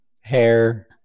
hair